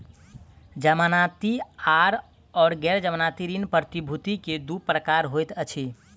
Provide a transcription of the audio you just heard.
जमानती आर गैर जमानती ऋण प्रतिभूति के दू प्रकार होइत अछि